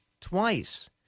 twice